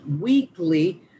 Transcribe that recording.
weekly